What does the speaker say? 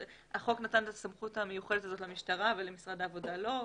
החוק נתן את הסמכות המיוחדת הזאת למשטרה ולמשרד העבודה לא,